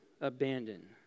abandoned